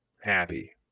happy